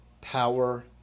power